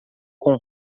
com